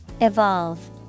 Evolve